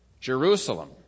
Jerusalem